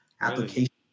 application